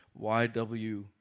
YW